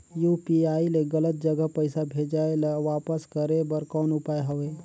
UPI ले गलत जगह पईसा भेजाय ल वापस करे बर कौन उपाय हवय?